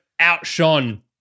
outshone